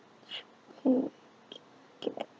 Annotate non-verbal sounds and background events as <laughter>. who <noise>